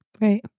Right